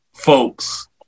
folks